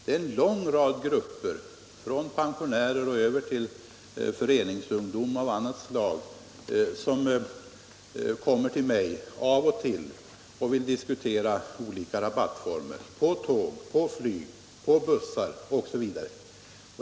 Det är en lång rad grupper — från pensionärer till föreningsungdom — som av och till Nr 8 kommer till mig och vill diskutera olika rabattformer på tåg, flyg, bussar OSV.